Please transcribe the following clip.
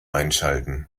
einschalten